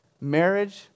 marriage